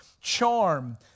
charm